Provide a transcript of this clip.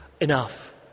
enough